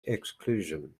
exclusion